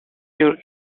sure